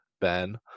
Ben